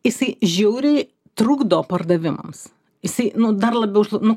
jisai žiauriai trukdo pardavimams jisai nu dar labiau nu